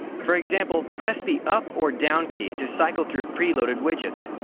for example, press the up or down key to cycle through preloaded widgets,